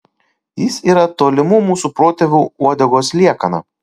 jis yra tolimų mūsų protėvių uodegos liekana